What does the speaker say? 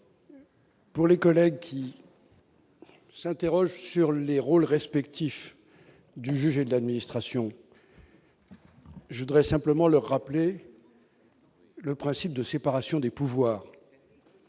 Pour les collègues qui. S'interroge sur les rôle respectif du juge et de l'administration. Je voudrais simplement leur rappeler. Oui. Le principe de séparation des pouvoirs.